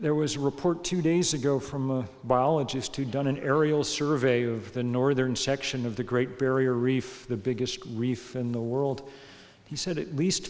there was a report two days ago from a biologist who done an aerial survey of the northern section of the great barrier reef the biggest reef in the world he said at least